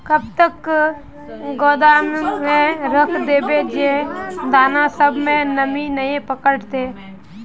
कब तक गोदाम में रख देबे जे दाना सब में नमी नय पकड़ते?